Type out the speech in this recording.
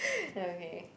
okay